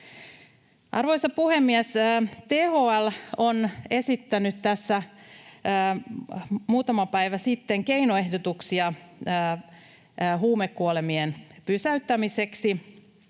Arvoisa puhemies! THL on esittänyt tässä muutama päivä sitten keinoehdotuksia huumekuolemien pysäyttämiseksi,